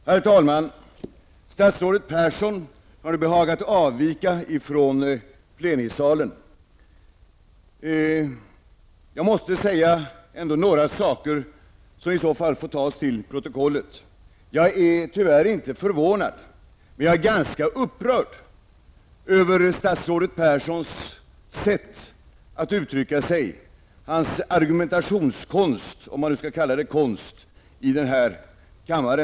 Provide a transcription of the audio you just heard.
Herr talman! Statsrådet Persson har behagat avvika från plenisalen. Jag vill ändå säga några saker, som nu bara kan tas till protokollet. Jag är tyvärr inte förvånad, men jag är ganska upprörd över statsrådet Perssons sätt att uttrycka sig och hans argumentationskonst -- om man nu skall kalla det för konst -- i denna kammare.